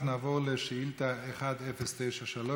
אנחנו נעבור לשאילתה מס' 1093,